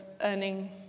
earning